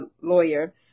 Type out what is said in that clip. lawyer